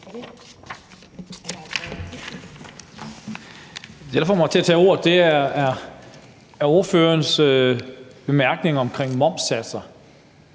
et, der får mig til at tage ordet, er ordførerens bemærkning omkring momssatser.